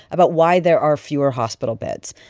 about why there are fewer hospital beds.